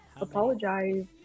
apologize